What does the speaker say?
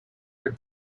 are